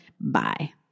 Bye